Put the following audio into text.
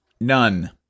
None